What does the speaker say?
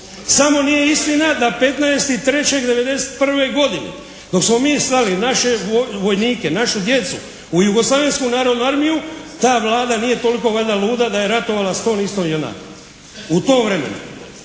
Samo nije istina da 15.3.'91. godine dok smo mi slali naše vojnike, našu djecu u Jugoslavensku narodnu armiju, ta Vlada nije toliko valjda luda je ratovala s tom istom JNA u tom vremenu.